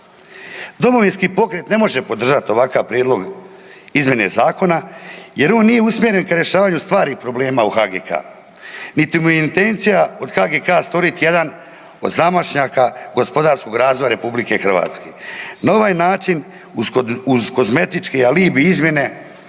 Domovinski pokret ne može podržati ovakav prijedlog izmjene Zakona jer on nije usmjeren k rješavanju stvarnih problema u HGK-a, niti mu je intencija od HGK-a stvoriti jedan od zamašnjaka gospodarskog razvoja Republike Hrvatske. Na ovaj način uz kozmetički alibi izmjene